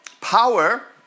power